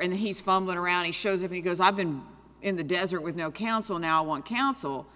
and he's fumbling around and shows if he goes i've been in the desert with no counsel now want counsel